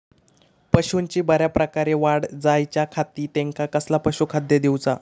पशूंची बऱ्या प्रकारे वाढ जायच्या खाती त्यांका कसला पशुखाद्य दिऊचा?